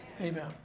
Amen